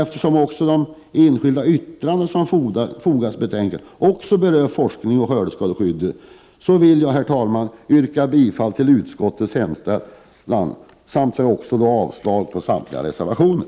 Eftersom också de enskilda yttranden som fogats vid betänkandet berör forskning och skördeskadeskydd ber jag, herr talman, att få yrka bifall till utskottets hemställan och avslag på samtliga reservationer.